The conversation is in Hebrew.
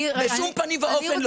בשום פנים ואופן לא.